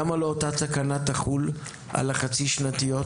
למה שאותה התקנה לא תחול גם על החצי-שנתיות?